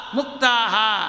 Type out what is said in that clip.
Muktaha